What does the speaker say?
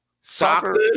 Soccer